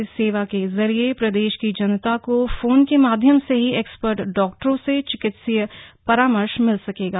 इस सेवा के जरिए प्रदेश की जनता को फोन के माध्यम से ही एक्सपर्ट डॉक्टरों से चिकित्सीय परामर्श मिल सकेगा